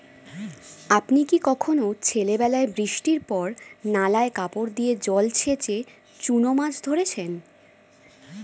আপনি কি কখনও ছেলেবেলায় বৃষ্টির পর নালায় কাপড় দিয়ে জল ছেঁচে চুনো মাছ ধরেছেন?